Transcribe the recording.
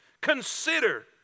Consider